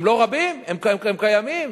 הם לא רבים, הם קיימים.